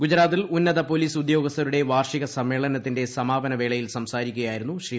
ഗുജറാത്തിൽ ഉന്നത പോലീസ് ഉദ്യോഗസ്ഥരുടെ വാർഷിക സമ്മേളനത്തിന്റെ സമാപനവേളയിൽ സംസാരിക്കുകയായിരുന്നു ശ്രീ